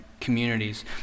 communities